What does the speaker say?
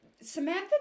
samantha